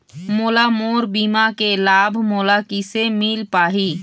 मोला मोर बीमा के लाभ मोला किसे मिल पाही?